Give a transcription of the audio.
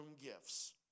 gifts